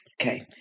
Okay